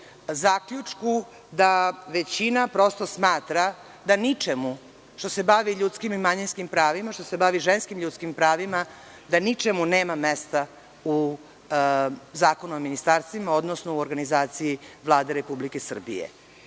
zaključku da većina prosto smatra da ničemu što se bavi ljudskim i manjinskim pravima, što se bavi ženskim ljudskim pravima, da ničemu nema mesta u Zakonu o ministarstvima, odnosno u organizaciji Vlade Republike Srbije.